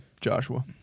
Joshua